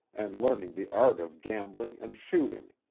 and learning the art of gambling and shooting.